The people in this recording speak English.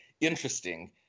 interesting